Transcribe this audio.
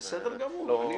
לא,